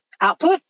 Output